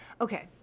Okay